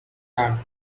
and